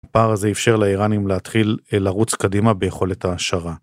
בפער הזה אפשר לאיראנים להתחיל לרוץ קדימה ביכולת ההעשרה.